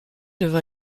leva